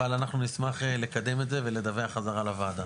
אבל אנחנו נשמח לקדם את זה ולדווח חזרה לוועדה.